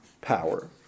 power